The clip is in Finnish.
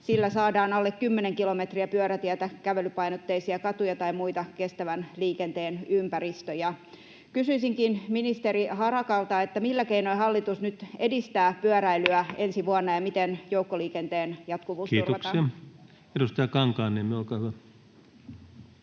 Sillä saadaan alle kymmenen kilometriä pyörätietä, kävelypainotteisia katuja tai muita kestävän liikenteen ympäristöjä. Kysyisinkin ministeri Harakalta: millä keinoin hallitus nyt edistää pyöräilyä ensi vuonna, ja miten joukkoliikenteen jatkuvuus turvataan? Kiitoksia. — Edustaja Kankaanniemi, olkaa hyvä.